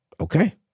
Okay